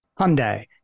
Hyundai